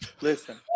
listen